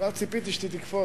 ציפיתי שאתה תקפוץ,